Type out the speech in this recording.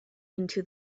into